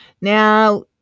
Now